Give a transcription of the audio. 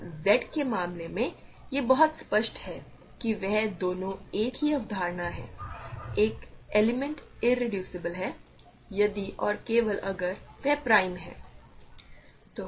तो Z के मामले में यह बहुत स्पष्ट है कि वे दोनों एक ही अवधारणा हैं एक एलिमेंट इरेड्यूसिबल है यदि और केवल अगर वह प्राइम है